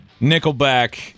Nickelback